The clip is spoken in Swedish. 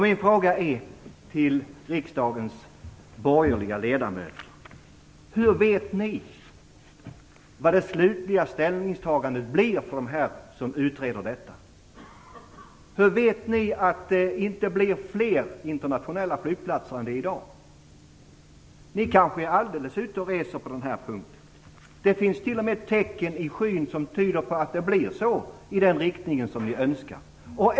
Min fråga till riksdagens borgerliga ledamöter är: Hur vet ni vad utredarnas slutliga ställningstagande blir? Hur vet ni att det inte blir fler internationella flygplatser än i dag? Ni kanske är alldeles ute och cyklar på den här punkten. Det finns t.o.m. tecken i skyn som tyder på att det blir ett ställningstagande i den riktning som ni önskar.